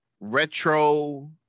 retro